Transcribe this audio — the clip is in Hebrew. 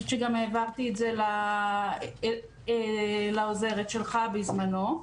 העברתי את זה לעוזרת שלך בזמנו.